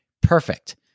Perfect